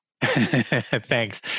Thanks